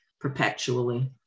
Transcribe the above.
perpetually